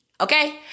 Okay